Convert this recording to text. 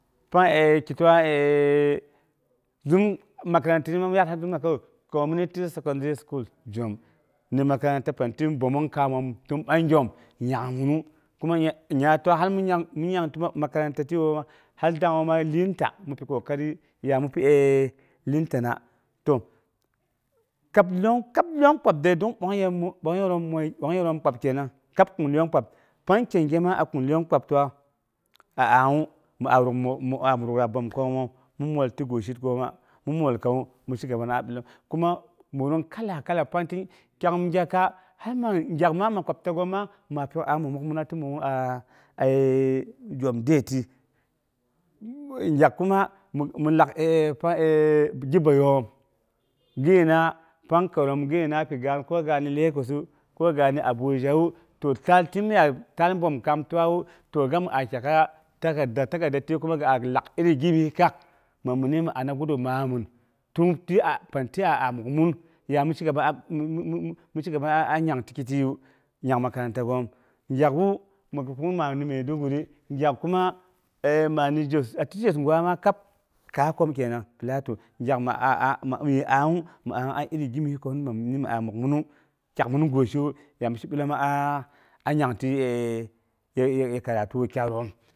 Tang eui ki pang eei gin yarsim to makaranta community secondary school jom. Mɨn makaranta kam tin dəmong kaamom tin bagyom nang nyimu kuma nya təm hal min nyang ti tiwa makaranta ti eei ha dangnga ma limka mi pi kokari yami nimtina to kab lyong kab lyong kpab de don bongnongyər moi bongnongyeiyer kpab kenang. Pang kyenge ma akin lyong kpab a awu maa maa yuka bəom kaaman, mɨn molkam ma mo kaam aabəom guisi goomu gwisigoom ngana bilom kuma bəomong kala- kala pangti kyang gyak'ka hal man gyakma makwabta goom ma ma pyok anang mi mukmina aye jom dayti yak kuma min lakti gi bəiyoom gɨina- tang kiroom gɨina pi gaan ko ga ni lagossu, ko gani abujawu ta taal tinn yaatlaal bəom kaam tiwu to gam a kayekaiya takadda, takadda tul kuma giagi lak iri gimyes kak ma mɨnu mi ami gudumara minu tin ti a pangti mi a mukmin ya mi shigaba mi shigaba a nyaang ti makaranta goom. Gyak'u mi dok tullung ma ni maiduguri. Gyak kuma eeei aee maa ni jos. Ati jos gwa ma kab kaasom kenang plateau gyak mi awu, mi a iri gimis məiguwu mi a mukminu takmin guisiwu yami shibiloma aa a nyang ti eea- aa karatu aye karatu wukyai yom.